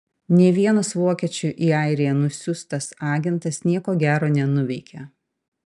nė vienas vokiečių į airiją nusiųstas agentas nieko gero nenuveikė